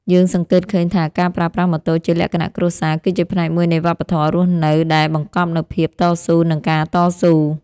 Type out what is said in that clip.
យើងសង្កេតឃើញថាការប្រើប្រាស់ម៉ូតូជាលក្ខណៈគ្រួសារគឺជាផ្នែកមួយនៃវប្បធម៌រស់នៅដែលបង្កប់នូវភាពតស៊ូនិងការតស៊ូ។